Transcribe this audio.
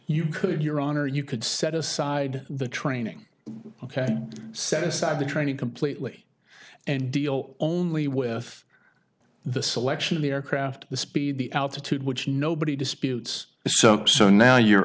you could your honor you could set aside the training ok set aside the training completely and deal only with the selection of the aircraft the speed the altitude which nobody disputes so so now you're